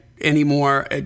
anymore